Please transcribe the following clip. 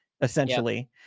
essentially